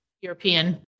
European